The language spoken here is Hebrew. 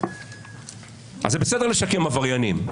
זה בסדר לשקם עבריינים,